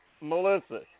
Melissa